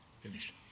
Finished